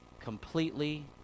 completely